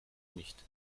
nicht